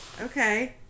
Okay